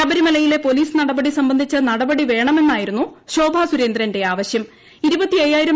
ശബരിമല യിലെ പോലീസ് നടപടി സംബന്ധിച്ച് നടപടി വേണമെന്നായിരുന്നു ശോഭാ സുരേന്ദ്രന്റെ ആവശ്യം